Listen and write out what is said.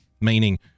Meaning